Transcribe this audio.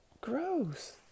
Gross